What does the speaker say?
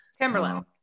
Timberland